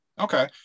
okay